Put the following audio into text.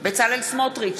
בצלאל סמוטריץ,